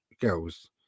girls